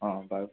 অঁ বাৰু